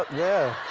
yeah.